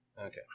Okay